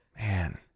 Man